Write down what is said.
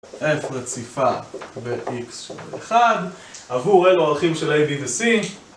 F רציפה ב-X של 1, עבור אילו ערכים של A, B ו-C